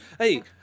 Hey